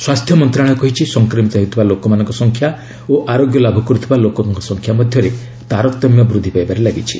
ସ୍ୱାସ୍ଥ୍ୟ ମନ୍ତ୍ରଣାଳୟ କହିଛି ସଂକ୍ରମିତ ହେଉଥିବା ଲୋକଙ୍କ ସଂଖ୍ୟା ଓ ଆରୋଗ୍ୟ ଲାଭ କରୁଥିବା ଲୋକଙ୍କ ସଂଖ୍ୟା ମଧ୍ୟରେ ତାରତମ୍ୟ ବୃଦ୍ଧି ପାଇବାରେ ଲାଗିଛି